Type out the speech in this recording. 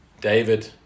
David